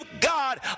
God